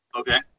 Okay